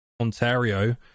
Ontario